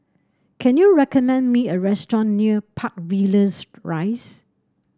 can you recommend me a restaurant near Park Villas Rise